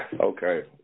Okay